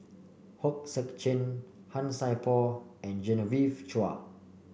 Hong Sek Chern Han Sai Por and Genevieve Chua